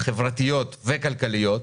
חברתיות וכלכליות,